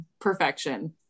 Perfection